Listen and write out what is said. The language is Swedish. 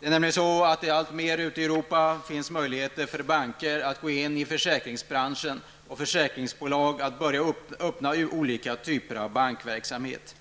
Det har i allt större utsträckning ute i Europa blivit möjligt för banker att gå in i försäkringsbranscher och för försäkringsbolag att börja öppna olika typer av bankverksamhet.